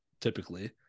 typically